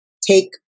take